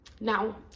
Now